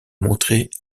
montrer